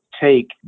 take